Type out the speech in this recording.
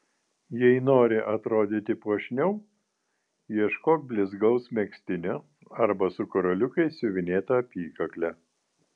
jei nori atrodyti puošniau ieškok blizgaus megztinio arba su karoliukais siuvinėta apykakle